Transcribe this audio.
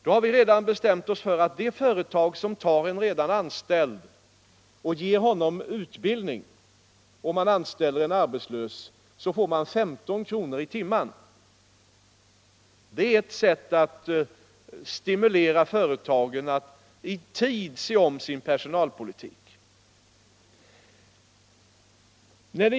Vi har då beslutat att det företag som utbildar en redan anställd och anställer en arbetslös person får 15 kr. i timmen för det. Det är ett sätt att stimulera företagen att i tid se över sin personalpolitik.